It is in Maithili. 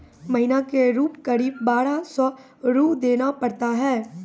महीना के रूप क़रीब बारह सौ रु देना पड़ता है?